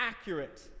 accurate